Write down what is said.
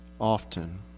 often